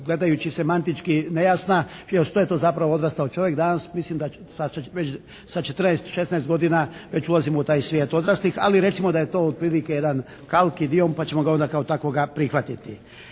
gledajući semantički nejasna jer što je to zapravo odrastao čovjek danas? Mislim da sa, već sa 14, 16 godina već ulazimo u taj svijet odraslih ali recimo da je to otprilike jedan … /Govornik se ne razumije./ … pa ćemo ga onda kao takvoga prihvatiti.